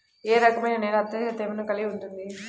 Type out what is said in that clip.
ఏ రకమైన నేల అత్యధిక తేమను కలిగి ఉంటుంది?